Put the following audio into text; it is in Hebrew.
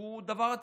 הוא דבר עצוב.